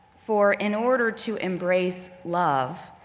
for in order to embrace love,